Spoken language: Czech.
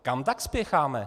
Kam tak spěcháme?